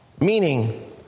meaning